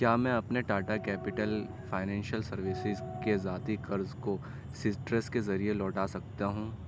کیا میں اپنے ٹاٹا کیپیٹل فائننشیل سروسز کے ذاتی قرض کو سٹرس کے ذریعے لوٹا سکتا ہوں